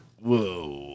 whoa